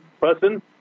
person